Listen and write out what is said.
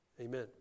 Amen